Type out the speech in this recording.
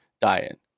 diet